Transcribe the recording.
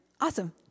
Awesome